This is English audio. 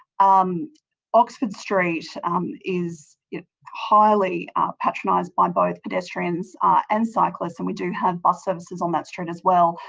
um oxford street is highly patronised by both pedestrians and cyclists and we do have bus services on that street as well.